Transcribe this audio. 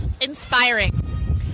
Inspiring